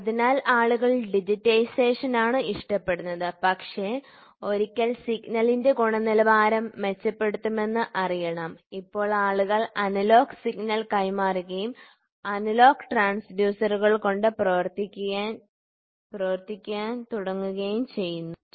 അതിനാൽ ആളുകൾ ഡിജിറ്റൈസേഷനാണ് ഇഷ്ടപ്പെടുന്നത് പക്ഷേ ഒരിക്കൽ സിഗ്നലിന്റെ ഗുണനിലവാരം മെച്ചപ്പെടുത്തണമെന്ന് അറിയണം ഇപ്പോൾ ആളുകൾ അനലോഗ് സിഗ്നൽ കൈമാറുകയും അനലോഗ് ട്രാൻസ്ഡ്യൂസറുകൾ കൊണ്ട് പ്രവർത്തിക്കാൻ തുടങ്ങുകയും ചെയ്യുന്നു ശരി